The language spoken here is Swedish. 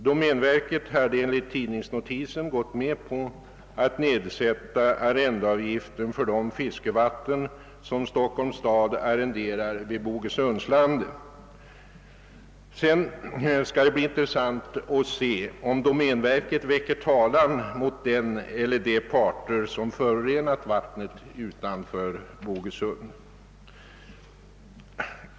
Domänverket hade enligt tidningsnotisen gått med på att nedsätta arrendeavgiften för de fiskevatten som Stockholms stad arrenderar vid Bogesundslandet. Det skall bli intressant att se om domänverket väcker talan mot den eller de parter som förorenar vattnet utanför Bogesund.